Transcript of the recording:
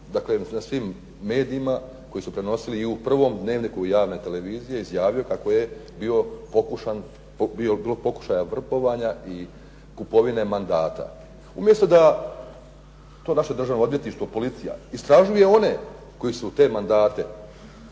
dakle svim medijima koji su prenosili i u prvom dnevniku javne televizije izjavio kako je bilo pokušaja vrbovanja i kupovine mandata. Umjesto da to naše Državno odvjetništvo, policija istražuje one koji su te mandate